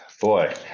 Boy